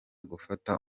gufata